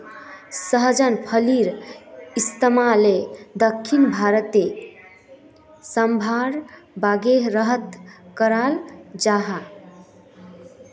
सहजन फलिर इस्तेमाल दक्षिण भारतोत साम्भर वागैरहत कराल जहा